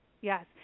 Yes